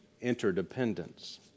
interdependence